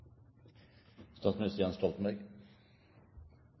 statsminister Jens Stoltenberg.